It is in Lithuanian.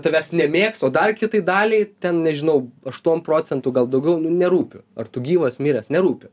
tavęs nemėgs o dar kitai daliai ten nežinau aštuon procentų gal daugiau nerūpi ar tu gyvas miręs nerūpi